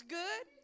good